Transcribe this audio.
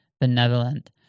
benevolent